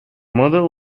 mother